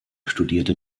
studierte